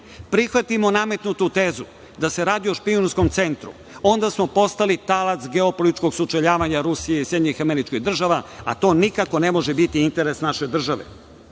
prihvatimo nametnutu tezu da se radi o špijunskom centru, onda smo postali talac geopolitičkog sučeljavanja Rusije i SAD, a to nikako ne može biti interes naše države. Naveli